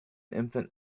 infant